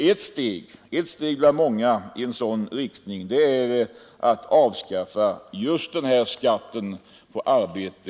Ett steg bland många i en sådan riktning är att avskaffa just skatten på arbete.